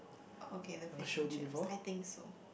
okay the fish and chips I think so